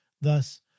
Thus